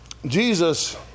Jesus